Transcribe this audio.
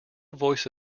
voice